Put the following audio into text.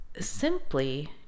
simply